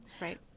Right